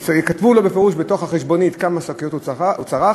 יכתבו לו בפירוש בתוך החשבונית כמה שקיות הוא צרך,